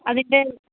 അതിൻ്റെ